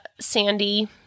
Sandy